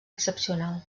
excepcional